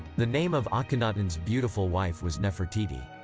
the name of akhenaton's beautiful wife was nefertiti.